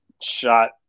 Shot